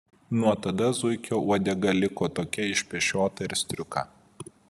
nuo tada zuikio uodega liko tokia išpešiota ir striuka